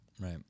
right